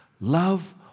love